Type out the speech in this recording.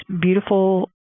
beautiful